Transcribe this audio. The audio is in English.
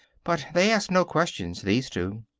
but they asked no questions, these two.